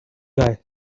guy